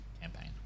campaign